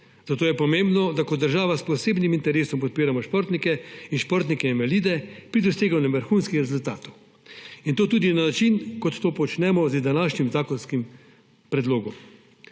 zato je pomembno, da kot država s posebnim interesom podpiramo športnike in športnike invalide pri doseganju vrhunskih rezultatov. In to tudi na način, kot to počnemo z današnjim zakonskim predlogom.